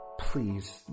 Please